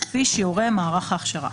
כפי שיורה מערך ההכשרה.